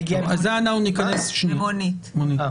במונית.